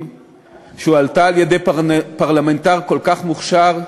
שהועלתה על-ידי פרלמנטר כל כך מוכשר,